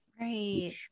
Right